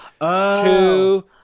two